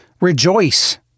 Rejoice